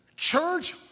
Church